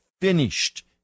finished